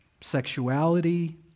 sexuality